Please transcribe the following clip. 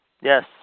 Yes